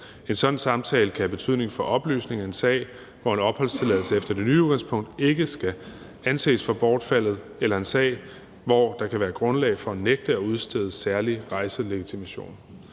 En sådan samtale kan have betydning for oplysning i en sag, hvor en opholdstilladelse efter det nye udgangspunkt ikke skal anses for bortfaldet, eller i en sag, hvor der kan være grundlag for at nægte at udstede særlig rejselegitimation.